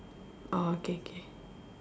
orh k k